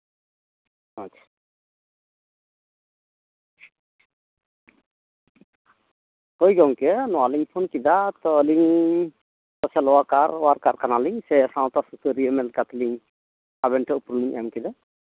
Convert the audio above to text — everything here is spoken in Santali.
ᱟᱪᱪᱷᱟ ᱦᱳᱭ ᱜᱚᱝᱠᱮ ᱱᱚᱣᱟᱞᱤᱧ ᱯᱷᱳᱱ ᱠᱮᱫᱟ ᱛᱚ ᱟᱹᱞᱤᱧ ᱥᱳᱥᱟᱞ ᱚᱣᱟᱨᱠᱟᱨ ᱚᱣᱟᱨᱠᱟᱨ ᱠᱟᱱᱟᱞᱤᱧ ᱥᱮ ᱥᱟᱶᱛᱟ ᱥᱩᱥᱟᱹᱨᱤᱟᱹ ᱞᱮᱠᱟᱛᱮᱞᱤᱧ ᱟᱵᱮᱱ ᱴᱷᱮᱱ ᱩᱯᱨᱩᱢ ᱞᱤᱧ ᱮᱢ ᱠᱮᱫᱟ